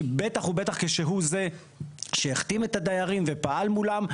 כי בטח ובטח כשהוא זה שהחתים את הדיירים ופעל מולם,